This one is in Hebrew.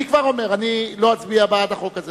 אני כבר אומר: אני לא אצביע בעד החוק הזה.